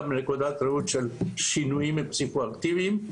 וגם מנקודת ראות של שינויים פסיכו-אקטיביים.